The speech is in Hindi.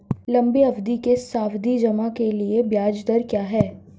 लंबी अवधि के सावधि जमा के लिए ब्याज दर क्या है?